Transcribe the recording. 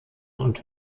und